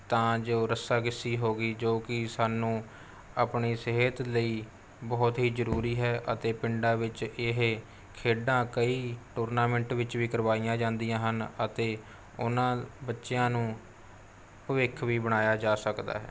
ਤਾਂ ਜੋ ਰੱਸਾਕੱਸੀ ਹੋ ਗਈ ਜੋ ਕਿ ਸਾਨੂੰ ਆਪਣੀ ਸਿਹਤ ਲਈ ਬਹੁਤ ਹੀ ਜ਼ਰੂਰੀ ਹੈ ਅਤੇ ਪਿੰਡਾਂ ਵਿੱਚ ਇਹ ਖੇਡਾਂ ਕਈ ਟੂਰਨਾਮੈਂਟ ਵਿੱਚ ਵੀ ਕਰਵਾਈਆਂ ਜਾਂਦੀਆਂ ਹਨ ਅਤੇ ਉਹਨਾਂ ਬੱਚਿਆਂ ਨੂੰ ਭਵਿੱਖ ਵੀ ਬਣਾਇਆ ਜਾ ਸਕਦਾ ਹੈ